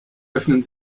öffnen